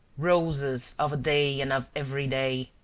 roses of a day and of every day,